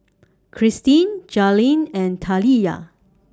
Kirstin Jailyn and Taliyah